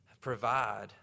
provide